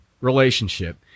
relationship